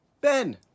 Ben